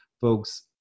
folks